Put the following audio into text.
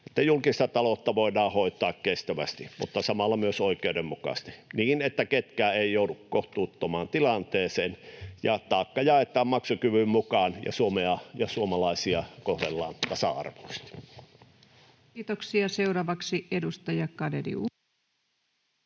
julkista taloutta voidaan hoitaa kestävästi mutta samalla myös oikeudenmukaisesti niin, että ketkään eivät joudu kohtuuttomaan tilanteeseen ja taakka jaetaan maksukyvyn mukaan ja Suomea ja suomalaisia kohdellaan tasa-arvoisesti. [Speech 749] Speaker: